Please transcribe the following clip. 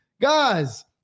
guys